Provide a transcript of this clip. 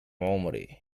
عمري